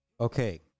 Okay